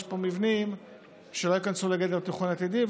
יש פה מבנים שלא ייכנסו בגדר תכנון עתידי,